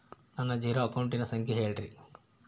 ನನ್ನ ಜೇರೊ ಅಕೌಂಟಿನ ಸಂಖ್ಯೆ ಹೇಳ್ರಿ?